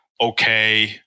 okay